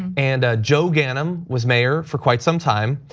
and joe ganim was mayor for quite some time,